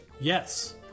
yes